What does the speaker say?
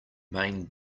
main